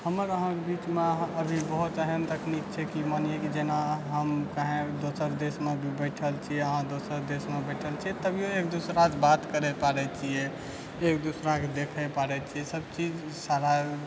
हमर अहाँके बीचमे अभी एहन तकनीक छै कि मानियौ कि जेना हम चाहे दोसर देशमे भी बैठल छियै अहाँ दोसर देशमे बैठल छियै तभियो एक दोसरसँ बात करै पारै छियै एक दोसराके देखे पा रहल छियै सभचीज सारा